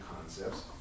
concepts